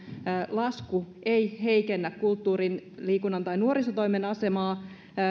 lasku ei heikennä kulttuurin liikunnan tai nuorisotoimen asemaa